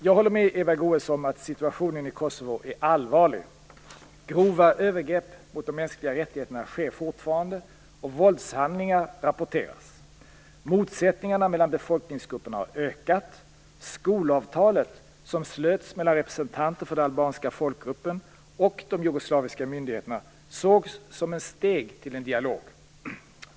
Jag håller med Eva Goës om att situationen i Kosovo är allvarlig. Grova övergrepp mot de mänskliga rättigheterna sker fortfarande och våldshandlingar rapporteras. Motsättningarna mellan befolkningsgrupperna har ökat. Skolavtalet, som slöts mellan representanter för den albanska folkgruppen och de jugoslaviska myndigheterna, sågs som ett steg i riktning mot en dialog.